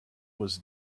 was